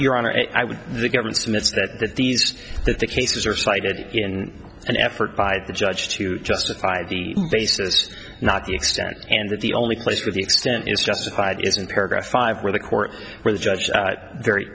honor i would the government estimates that these that the cases are cited in an effort by the judge to justify the basis not the extent and that the only place where the extent is justified is in paragraph five where the court where the judge very